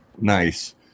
Nice